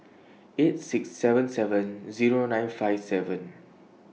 eight six seven seven Zero nine five seven